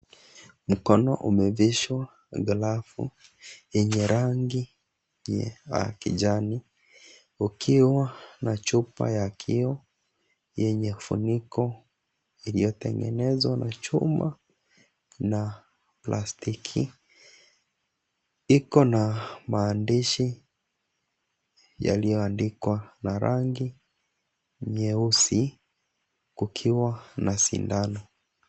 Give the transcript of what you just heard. Mkono umevishwa glavu yenye rangi ya kijani ukiwa na chupa ya kioo yenye funiko iliyotengenezwa na chuma na plastiki. Iko na maandishi yaliyoandikwa na rangi nyeusi kukiwa na sindano.